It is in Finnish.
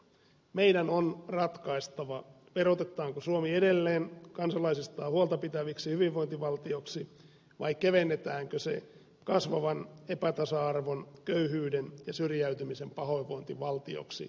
meidän on ratkaistava verotetaanko suomi edelleen kansalaisistaan huolta pitäväksi hyvinvointivaltioksi vai kevennetäänkö se kasvavan epätasa arvon köyhyyden ja syrjäytymisen pahoinvointivaltioksi